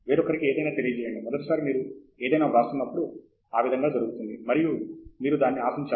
వేరొకరికి ఏదైనా తెలియజేయండి మొదటిసారి మీరు ఏదైనా వ్రాస్తున్నప్పుడు ఆ విధంగా జరుగుతుంది మరియు మీరు దానిని ఆశించాలి